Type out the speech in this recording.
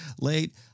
late